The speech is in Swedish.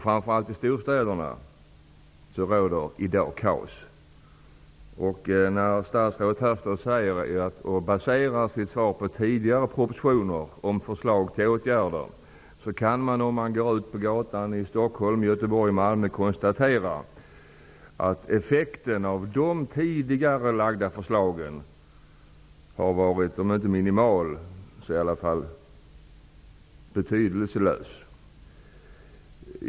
Framför allt i storstäderna råder det i dag kaos. Statsrådet baserar sitt svar på tidigare propositioner med förslag till åtgärder. Man kan, om man går ut på gatorna i Stockolm, Göteborg och Malmö, konstatera att effekten av dessa förslag har varit om inte minimal, så i alla fall betydelselös.